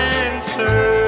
answer